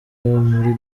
muri